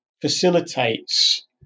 facilitates